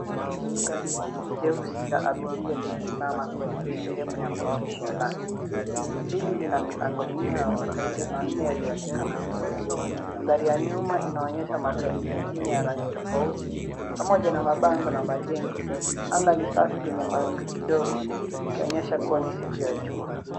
Gari hili jeusi la abiria limesimama kwenye sehemu ya maegesho ya lami. Hili lina milango minne na matairi manne yaliyoonekana vizuri. Mandhari ya nyuma inaonyesha magari mengine ya rangi tofauti pamoja na mabango na majengo. Anga ni safi lenye mawingu kidogo likionyesha kuwa ni siku ya jua.